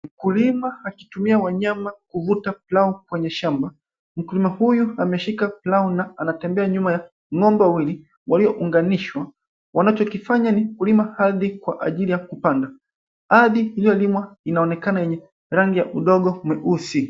Mkulima akitumia wanyama kuvuta plau kwenye shamba. Mkulima huyu ameshika plau na anatembea nyuma ya ng'ombe walio unganishwa. Wanacho kifanya ni kulima ardhi kwa ajili ya kupanda. Ardhi iliyo limwa inaonekana yenye rangi ya udongo mweusi.